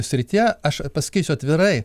srityje aš pasakysiu atvirai